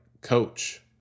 coach